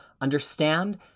understand